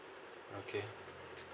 okay